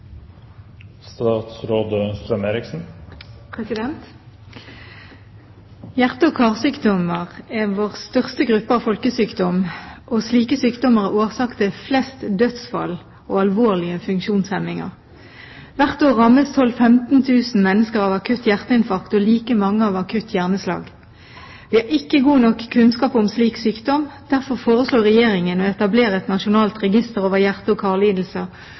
vår største gruppe av folkesykdommer, og slike sykdommer er årsak til flest dødsfall og alvorlige funksjonshemninger. Hvert år rammes 12 000–15 000 mennesker av akutt hjerteinfarkt og like mange av akutt hjerneslag. Vi har ikke god nok kunnskap om slik sykdom. Derfor foreslår Regjeringen å etablere et nasjonalt register over hjerte- og karlidelser.